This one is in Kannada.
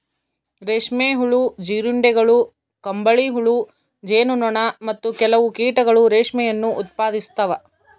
ರೇಷ್ಮೆ ಹುಳು, ಜೀರುಂಡೆಗಳು, ಕಂಬಳಿಹುಳು, ಜೇನು ನೊಣ, ಮತ್ತು ಕೆಲವು ಕೀಟಗಳು ರೇಷ್ಮೆಯನ್ನು ಉತ್ಪಾದಿಸ್ತವ